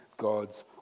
God's